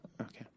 okay